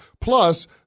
Plus